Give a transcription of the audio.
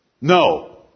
No